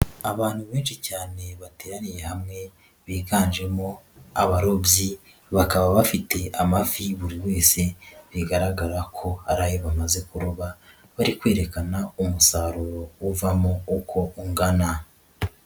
Abantu benshi cyane bateraniye hamwe, biganjemo abarobyi bakaba bafite amafi buri wese, bigaragara ko ari ayo bamaze kuroba, bari kwerekana umusaruro uvamo uko ungana.